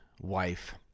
wife